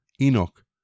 Enoch